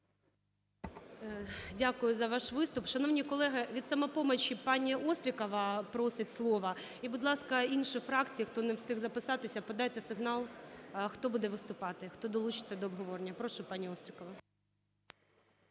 Дякую за ваш виступ. Шановні колеги, від "Самопомочі" пані Острікова просить слово. І, будь ласка, інші фракції, хто не встиг записатися, подайте сигнал, хто буде виступати, хто долучиться до обговорення. Прошу, пані Острікова.